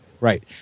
Right